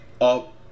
up